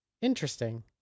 interesting